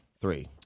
Three